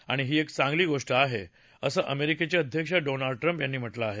आणि ही एक चांगली घटना आहे असं अमेरिकेचं अध्यक्ष डोनाल्ड ट्रम्प यांनी म्हटलं आहे